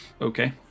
Okay